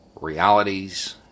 realities